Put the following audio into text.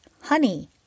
honey